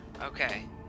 Okay